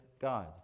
God